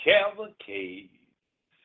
Cavalcade